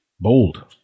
bold